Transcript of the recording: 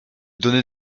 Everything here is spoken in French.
donnait